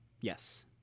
Yes